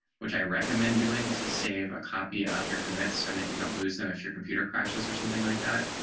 which i recommend doing to save a copy of your commits so that you don't lose them. if your computer crashes or something like that.